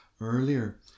earlier